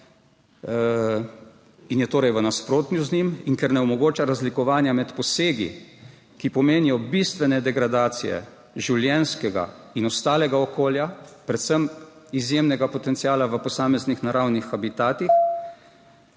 in je torej v nasprotju z njim, in ker ne omogoča razlikovanja med posegi, ki pomenijo bistvene degradacije življenjskega in ostalega okolja, predvsem izjemnega potenciala v posameznih naravnih habitatih,